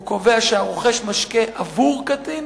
הוא קובע ש"הרוכש משקה בעבור קטין